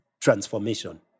transformation